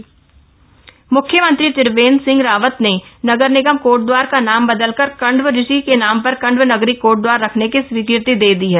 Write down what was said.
कण्व नगरी कोटद्वार मुख्यमंत्री त्रिवेन्द्र सिंह रावत ने नगर निगम कोटदवार का नाम बदलकर कण्व ऋषि के नाम पर कण्व नगरी कोटदवार रखने की स्वीकृति दे दी है